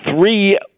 three